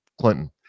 Clinton